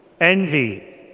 envy